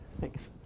Thanks